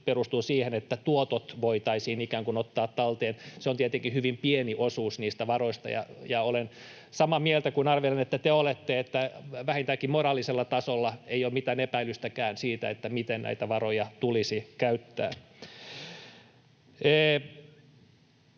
perustuvat siihen, että tuotot voitaisiin ikään kuin ottaa talteen. Se on tietenkin hyvin pieni osuus niistä varoista, ja olen samaa mieltä kuin arvelen, että te olette, että vähintäänkin moraalisella tasolla ei ole mitään epäilystäkään siitä, miten näitä varoja tulisi käyttää.